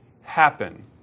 happen